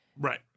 Right